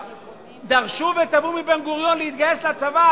דרשו ותבעו מבן-גוריון להתגייס לצבא,